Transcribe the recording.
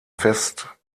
fest